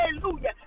hallelujah